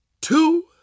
two